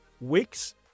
Wix